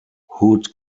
hood